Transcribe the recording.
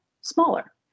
smaller